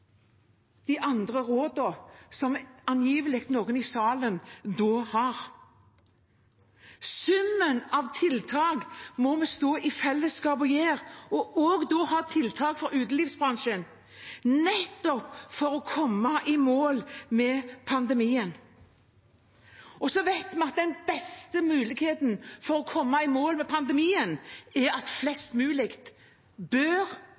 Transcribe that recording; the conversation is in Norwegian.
de andre rådene som noen i salen angivelig har. Summen av tiltak må vi i fellesskap gjøre, og også ha tiltak for utelivsbransjen, nettopp for å komme i mål med pandemien. Vi vet at den beste muligheten for å komme i mål med pandemien er at flest mulig bør